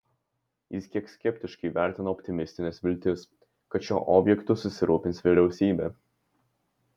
jis kiek skeptiškai įvertino optimistines viltis kad šiuo objektu susirūpins vyriausybė